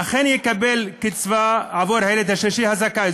אכן יקבל קצבה עבור הילד השלישי הזכאי,